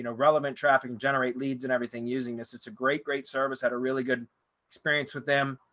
you know relevant traffic generate leads and everything using this. it's a great, great service had a really good experience with them.